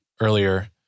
earlier